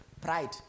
pride